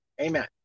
Amen